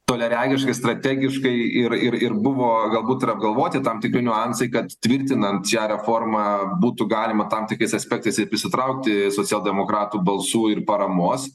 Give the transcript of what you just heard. toliaregiškai strategiškai ir ir ir buvo galbūt ir apgalvoti tam tikri niuansai kad tvirtinant šią reformą būtų galima tam tikrais aspektais ir prisitraukti socialdemokratų balsų ir paramos